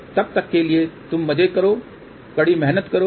इसलिए तब तक के लिए तुम मजे करो कड़ी मेहनत करें